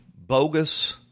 bogus